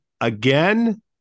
again